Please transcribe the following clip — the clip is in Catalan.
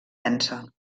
tensa